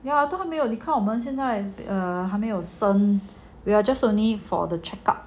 ya 都还没有你看我们现在 err 还没有生 we are just only for the checkout